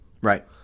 Right